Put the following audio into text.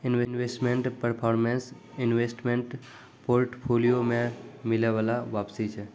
investment performance investment portfolio पे मिलै बाला वापसी छै